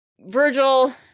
Virgil